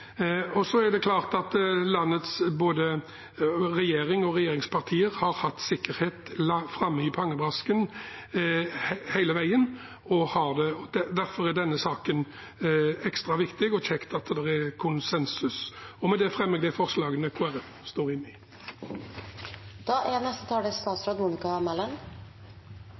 Så er det klart at landets både regjering og regjeringspartier har hatt sikkerhet langt framme i pannebrasken hele veien. Derfor er denne saken ekstra viktig, og det er kjekt at det er konsensus. Som jeg skrev i mitt svar til Stortinget på representantforslaget, deler jeg